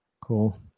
Cool